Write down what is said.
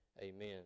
Amen